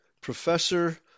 professor